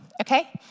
Okay